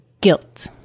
guilt